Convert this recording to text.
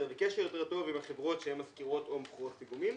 וקשר יותר טוב עם החברות שמשכירות או מוכרות פיגומים?